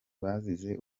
bazize